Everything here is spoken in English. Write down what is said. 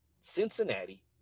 Cincinnati